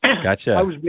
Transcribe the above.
Gotcha